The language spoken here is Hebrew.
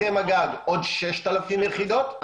בהסכם הגג עוד 6,000 יחידות,